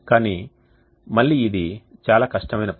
కానీ మళ్లీ ఇది చాలా కష్టమైన పని